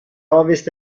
ovest